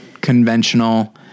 conventional